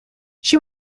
she